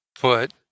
put